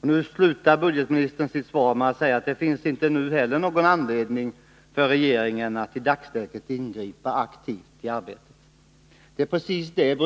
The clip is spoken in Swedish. Och budgetministern avslutar sitt svar med att säga att det inte heller i dagsläget finns någon anledning för regeringen att ingripa aktivt i arbetet. Det är precis det som